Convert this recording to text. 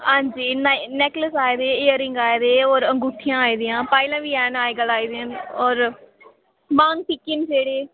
हांजी नेकलेस आए दे इयर रिंग आए दे होर अंगूठियां आई दियां पायलां बी हैन अज्ज कल्ल और